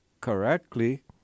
correctly